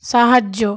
সাহায্য